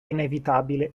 inevitabile